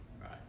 Right